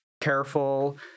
careful